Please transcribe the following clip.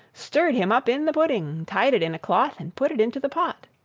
stirred him up in the pudding, tied it in a cloth, and put it into the pot.